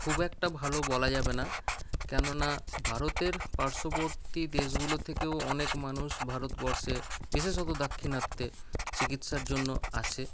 খুব একটা ভালো বলা যাবে না কেননা ভারতের পার্শ্ববর্তী দেশগুলো থেকেও অনেক মানুষ ভারতবর্ষে বিশেষত দাক্ষিণাত্যে চিকিৎসার জন্য আসে